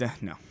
no